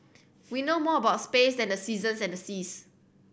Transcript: we know more about space than the seasons and the seas